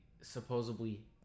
supposedly